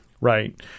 right